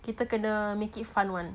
kita kena make it a fun [one]